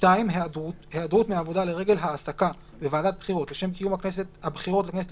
(2)היעדרות מעבודה לרגל העסקה בוועדת בחירות לשם קיום הבחירות לכנסת